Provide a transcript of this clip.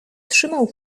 trzymał